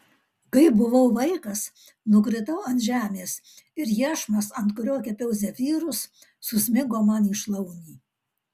kai buvau vaikas nukritau ant žemės ir iešmas ant kurio kepiau zefyrus susmigo man į šlaunį